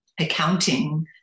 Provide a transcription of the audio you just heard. accounting